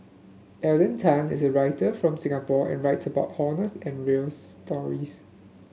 Alden Tan is a writer from Singapore and writes about honest and real stories